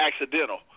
accidental